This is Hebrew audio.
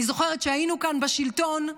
אני זוכרת שהיינו כאן בשלטון,